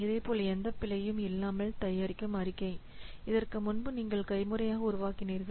அதேபோல் எந்தப் பிழையும் இல்லாமல் தயாரிக்கும் அறிக்கையை இதற்கு முன்பு நீங்கள் கைமுறையாக உருவாக்கினீர்கள்